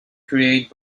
create